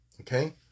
Okay